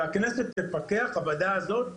והכנסת תפקח והוועדה הזאת,